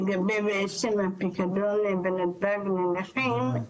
לגבי הפיקדון בנתב"ג מול נכים,